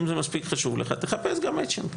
אם זה מספיק חשוב לך תחפש גם מצ'ינג.